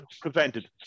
prevented